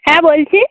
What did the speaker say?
হ্যাঁ বলছি